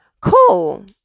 cool